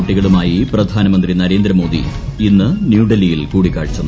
കൂട്ടികളുമായി പ്രധാനമന്ത്രി നരേന്ദ്രമോദി ഇന്ന് ന്യൂഡൽഹിയിൽ കൂടിക്കാഴ്ച നടത്തും